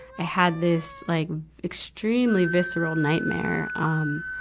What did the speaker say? i had this like extremely visceral nightmare, um,